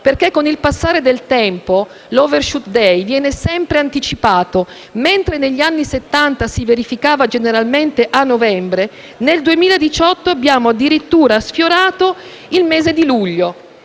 perché, con il passare del tempo, l'*overshoot day* viene sempre anticipato: mentre negli anni '70 si verificava generalmente a novembre, nel 2018 abbiamo addirittura sfiorato il mese di luglio.